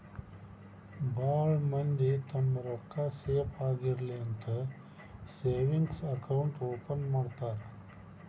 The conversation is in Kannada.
ಭಾಳ್ ಮಂದಿ ತಮ್ಮ್ ರೊಕ್ಕಾ ಸೇಫ್ ಆಗಿರ್ಲಿ ಅಂತ ಸೇವಿಂಗ್ಸ್ ಅಕೌಂಟ್ ಓಪನ್ ಮಾಡ್ತಾರಾ